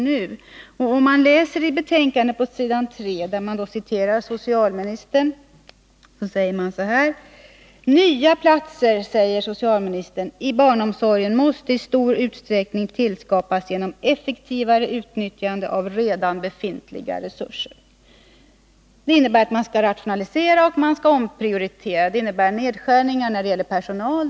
På s. 3 i betänkandet säger budgetministern bl.a.: ”Nya platser i barnomsorgen måste i stor utsträckning tillskapas genom ett effektivare utnyttjande av redan befintliga resurser.” Det innebär att man skall rationalisera och omprioritera. Det innebär nedskärningar när det gäller personal.